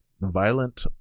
violent